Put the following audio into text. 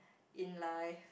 in life